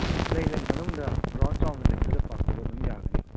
ꯎꯝ ꯂꯩ ꯂꯩ ꯃꯅꯨꯡꯗ ꯒ꯭ꯔꯥꯎꯟ ꯆꯥꯎꯅ ꯂꯩ ꯑꯗꯨꯗ ꯄꯥꯔꯛ ꯇꯧꯕ ꯑꯗꯨꯝ ꯌꯥꯒꯅꯤ